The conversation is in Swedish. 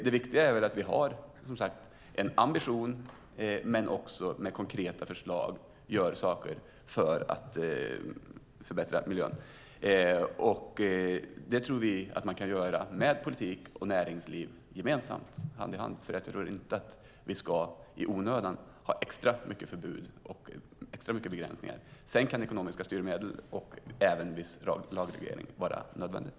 Det viktiga är att vi har en ambition men också att vi med konkreta förslag gör saker för att förbättra miljön. Det tror vi att man kan göra gemensamt inom politiken och inom näringslivet, hand i hand. Jag tror inte att vi i onödan ska ha extra mycket förbud och extra mycket begränsningar. Sedan kan ekonomiska styrmedel och även viss lagreglering vara nödvändiga.